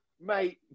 Mate